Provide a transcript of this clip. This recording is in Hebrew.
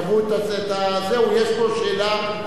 אני לא יודע, כשקבעו את זה, יש פה שאלה אחרת.